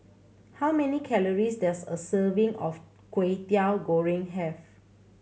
how many calories does a serving of Kway Teow Goreng have